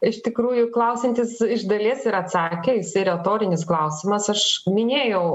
iš tikrųjų klausiantis iš dalies ir atsakė jisai retorinis klausimas aš minėjau